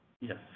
Yes